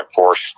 Force